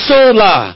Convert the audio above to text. Sola